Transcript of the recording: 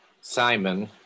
Simon